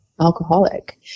alcoholic